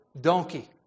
donkey